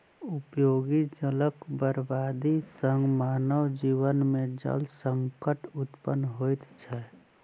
उपयोगी जलक बर्बादी सॅ मानव जीवन मे जल संकट उत्पन्न होइत छै